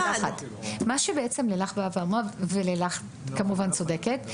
אני רוצה לחדד נקודה אחת: מה שלילך אמרה ולילך כמובן צודקת,